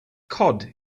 cod